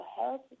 health